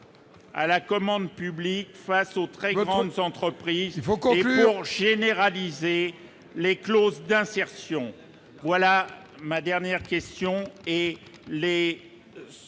à la commande publique face aux très grandes entreprises, il faut conclure généralisé les clauses d'insertion, voilà ma dernière question